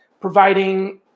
providing